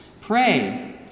Pray